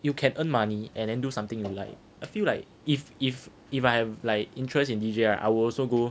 you can earn money and then do something you like I feel like if if if I have like interest in D_J right I will also go